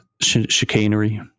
chicanery